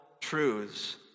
truths